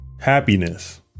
Happiness